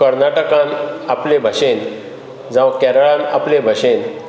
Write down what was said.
कर्नाटकान आपले भाशेन जावं केरळान आपले भाशेन